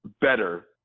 better